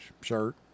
shirt